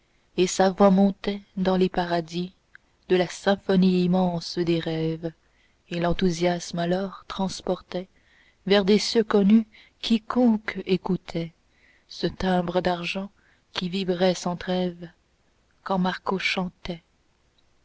et sa voix montait dans les paradis de la symphonie immense des rêves et l'enthousiasme alors transportait vers des cieux connus quiconque écoutait ce timbre d'argent qui vibrait sans trèves quand marco chantait